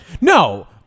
no